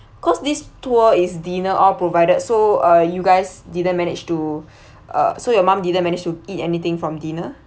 cause this tour is dinner all provided so uh you guys didn't manage to uh so your mum didn't manage to eat anything from dinner